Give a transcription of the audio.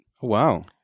Wow